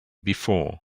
before